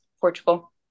Portugal